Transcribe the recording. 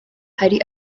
hari